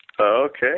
Okay